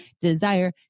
desire